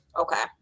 Okay